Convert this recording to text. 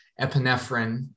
epinephrine